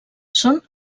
són